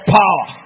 power